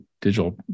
digital